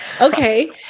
okay